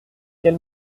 quel